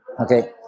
Okay